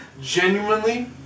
Genuinely